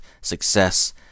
success